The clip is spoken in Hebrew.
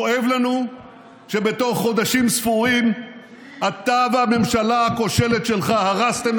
כואב לנו שבתוך חודשים ספורים אתה והממשלה הכושלת שלך הרסתם